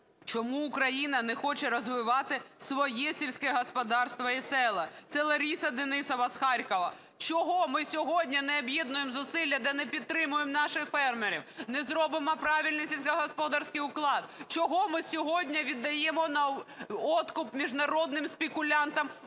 "Чому Україна не хоче розвивати своє сільське господарство і села?" - це Лариса Денисова з Харкова. Чого ми сьогодні не об'єднуємо зусилля та не підтримуємо наших фермерів, не зробимо правильний сільськогосподарський уклад? Чого ми сьогодні віддаємо на откуп міжнародним спекулянтам